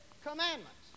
commandments